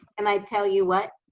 and i tell you what?